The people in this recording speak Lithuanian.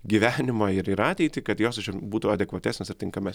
gyvenimą ir ir ateitį kad jos būtų adekvatesnės ir tinkamesnės